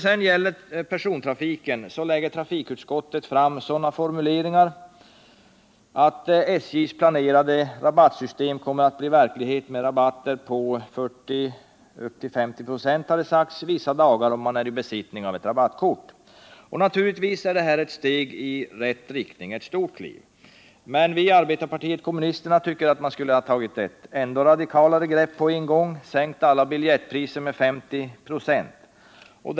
För persontrafiken lägger trafikutskottet fram sådana formuleringar att SJ:s planerade rabattsystem kommer att bli verklighet, med rabatter på 40 och upp till 50 96 vissa dagar, om man är i besittning av ett rabattkort. Naturligtvis är detta ett stort kliv i rätt riktning, men vi i arbetarpartiet kommunisterna tycker att man på en gång skulle ha tagit ett ännu radikalare grepp och sänkt alla biljettpriser med 50 96.